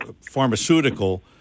pharmaceutical